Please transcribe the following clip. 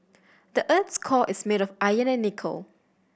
the earth's core is made of iron and nickel